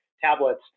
tablets